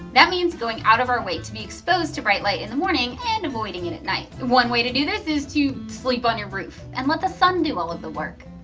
that means going out of our way to be exposed to bright light in the morning and avoiding it at night. one way to do this is to sleep on your roof and let the sun do all of the work.